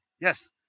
yes